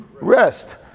rest